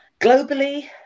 globally